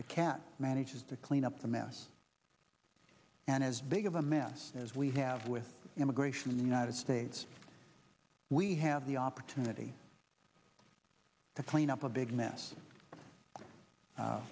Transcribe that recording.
the cat manages to clean up the mess and as big of a mess as we have with immigration in the united states we have the opportunity to clean up a big mess